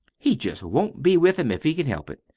he just won't be with him if he can help it.